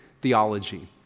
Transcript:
theology